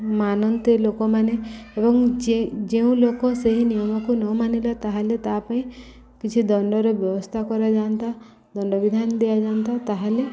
ମାନନ୍ତେ ଲୋକମାନେ ଏବଂ ଯେ ଯେଉଁ ଲୋକ ସେହି ନିୟମକୁ ନମାନିଲେ ତାହେଲେ ତା ପାଇଁ କିଛି ଦଣ୍ଡର ବ୍ୟବସ୍ଥା କରାଯାଆନ୍ତା ଦଣ୍ଡ ବିିଧାନ ଦିଆଯାଆନ୍ତା ତାହେଲେ